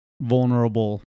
vulnerable